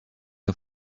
the